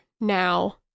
now